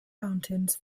mountains